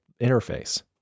interface